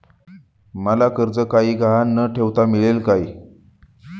मला कर्ज काही गहाण न ठेवता मिळेल काय?